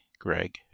Greg